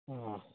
ᱚᱻ